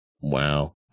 Wow